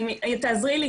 אם תעזרי לי,